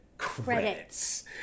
credits